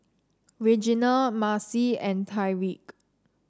Regina Marci and Tyreke